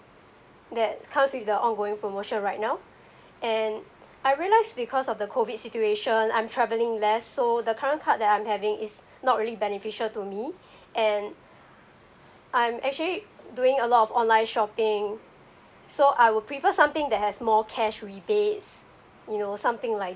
that cause it's the ongoing promotion right now and I realised because of the COVID situation I'm travelling less so the current card that I'm having is not really beneficial to me and I'm actually doing a lot of online shopping so I would prefer something that has more cash rebates you know something like